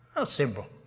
ah, simple,